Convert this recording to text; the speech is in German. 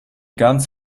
ganz